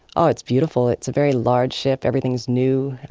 ah it's beautiful, it's a very large ship, everything is new,